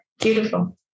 beautiful